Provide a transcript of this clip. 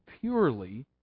purely